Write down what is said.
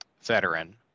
veteran